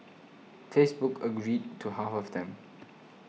Facebook agreed to half of them